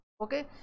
okay